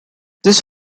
this